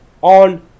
on